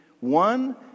one